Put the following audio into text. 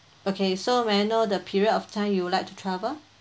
okay so may I know the period of time you would like to travel